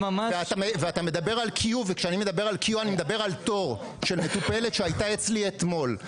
אני מדבר על תור של מטופלת שהייתה אצלי אתמול,